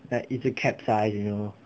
like 一直 capsize you know